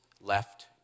left